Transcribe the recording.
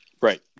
Right